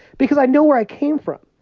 because i know where i came from.